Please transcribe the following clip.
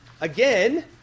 again